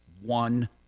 one